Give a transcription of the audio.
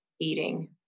eating